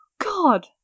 God